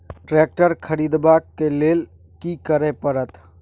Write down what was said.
Tractor खरीदबाक लेल की करय परत?